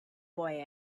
boy